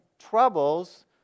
troubles